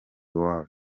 world